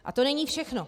A to není všechno.